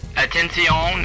Attention